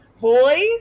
boys